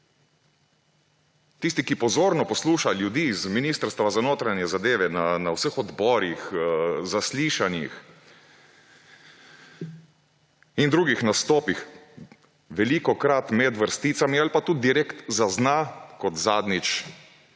Tisti, ki pozorno posluša ljudi z Ministrstva za notranje zadeve na vseh odborih, zaslišanjih in drugih nastopih, velikokrat med vrsticami ali pa tudi direktno zazna, kot zadnjič